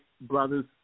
brothers